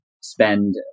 spend